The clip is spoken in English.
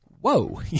whoa